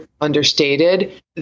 understated